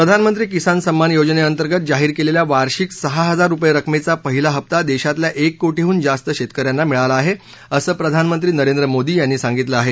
प्रधानमंत्री किसान सम्मान योजनेअंतर्गत जाहीर केलेल्या वार्षिक सहा हजार रुपये रकमेचा पहिला हप्ता देशातल्या एक कोटीहून जास्त शेतकऱ्यांना मिळाला आहे असं प्रधानमंत्री नरेंद्र मोदी यांनी सांगितलं आहे